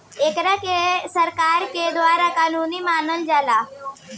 एकरा के सरकार के द्वारा कानूनी मानल जाला